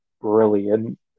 brilliant